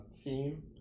theme